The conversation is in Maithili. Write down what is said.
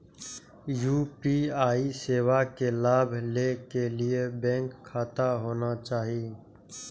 यू.पी.आई सेवा के लाभ लै के लिए बैंक खाता होना चाहि?